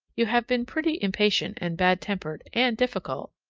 you have been pretty impatient and bad tempered and difficult,